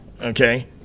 okay